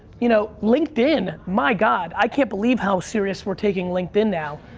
you know linkedin, my god. i can't believe how serious we're taking linkedin now.